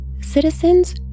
citizens